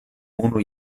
unu